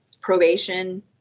probation